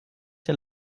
der